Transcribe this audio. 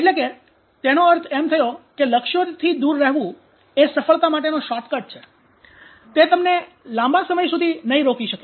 એટલે કે તેનો અર્થ એમ થયો કે લક્ષ્યોથી દૂર રહેવું એ સફળતા માટેનો શોર્ટકટ છે તે તમને લાંબા સમય સુધી નહીં રોકી શકે